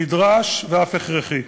נדרש ואף הכרחי.